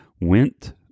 went